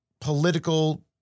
political